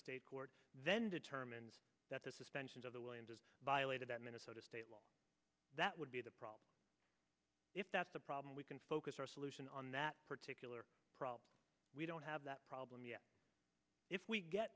state court then determines that the suspension of the williams is violated at minnesota state law that would be the problem if that's a problem we can focus our solution on that particular problem we don't have that problem yet if we get